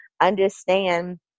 understand